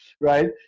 Right